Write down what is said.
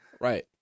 Right